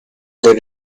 the